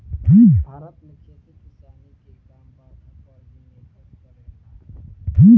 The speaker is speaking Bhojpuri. भारत में खेती किसानी के काम बरखा पर ही निर्भर करेला